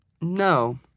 no